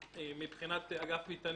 שמבחינת אגף מטענים,